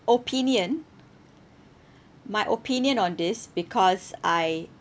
opinion my opinion on this because I